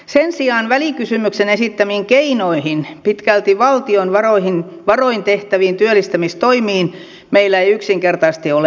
sen sijaan välikysymyksen esittämiin keinoihin pitkälti valtion varoin tehtäviin työllistämistoimiin meillä ei yksinkertaisesti ole varaa